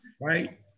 right